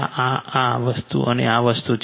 આ આ આ વસ્તુ અને આ વસ્તુ છે